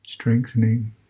strengthening